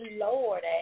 lordy